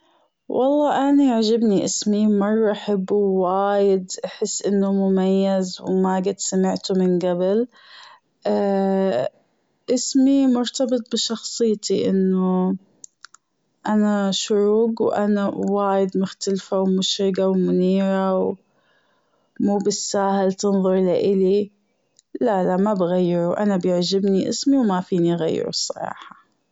والله أني عاجبني أسمي مرة أحبه و وايد أحس أنه مميز وماجد سمعته من جبل أسمي مرتبط بشخصيتي أنه أنا شروج وأنا وايد مختلفة ومشرقة ومنيرة مو بالساهل تنظر لألي لا لا مابغيره أنا بيعجبني أسمي ومافيني غيره الصراحة.